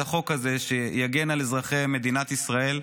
החוק הזה שיגן על אזרחי מדינת ישראל.